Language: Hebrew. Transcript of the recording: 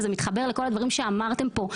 וזה מתחבר לכל הדברים שאמרתם פה,